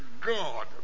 God